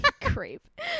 creep